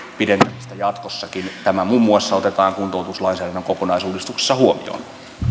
pidentämistä jatkossakin tämä muun muassa otetaan kuntoutuslainsäädännön kokonaisuudistuksessa huomioon